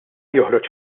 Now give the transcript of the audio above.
joħroġ